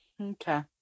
Okay